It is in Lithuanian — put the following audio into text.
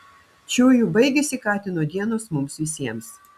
čiuju baigėsi katino dienos mums visiems